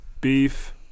beef